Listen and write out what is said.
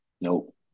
Nope